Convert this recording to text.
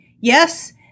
Yes